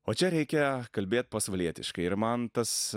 o čia reikia kalbėt pasvalietiškai ir man tas